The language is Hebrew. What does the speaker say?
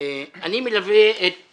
אני מלווה את